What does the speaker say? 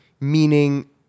Meaning